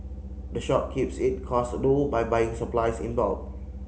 the shop keeps its cost low by buying supplies in bulk